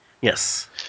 Yes